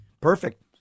Perfect